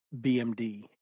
BMD